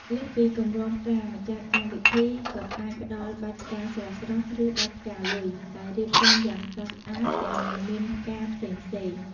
លើសពីកម្រងផ្កា ម្ចាស់កម្មវិធីក៏អាចផ្តល់ បាច់ផ្កាស្រស់ៗ ឬបាច់ផ្កាលុយ ដែលរៀបចំយ៉ាងស្រស់ស្អាត ទាំងមានផ្កាផ្សេងៗ ។